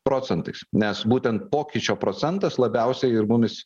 procentais nes būtent pokyčio procentas labiausiai ir mumis